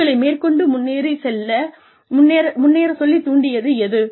உங்களை மேற்கொண்டு முன்னேறச் சொல்லித் தூண்டியது எது